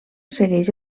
segueix